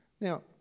Now